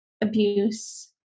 abuse